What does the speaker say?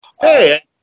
Hey